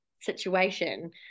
situation